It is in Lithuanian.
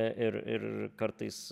ir ir kartais